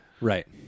Right